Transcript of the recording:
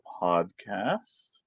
podcast